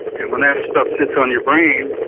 and whenever stuff sits on your brain,